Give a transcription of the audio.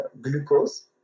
glucose